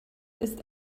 ist